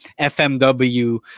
FMW